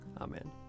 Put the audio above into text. Amen